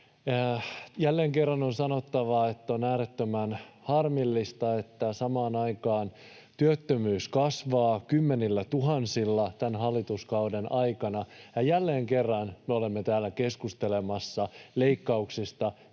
Jälleen kerran on sanottava, että on äärettömän harmillista, että samaan aikaan kun työttömyys kasvaa kymmenillätuhansilla tämän hallituskauden aikana, niin jälleen kerran me olemme täällä keskustelemassa pienituloisiin